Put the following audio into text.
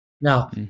Now